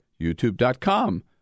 youtube.com